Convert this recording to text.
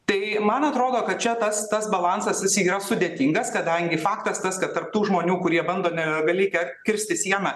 tai man atrodo kad čia tas tas balansas jis yra sudėtingas kadangi faktas tas kad tarp tų žmonių kurie bando nelegaliai ke kirsti sieną